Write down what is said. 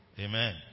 Amen